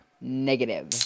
Negative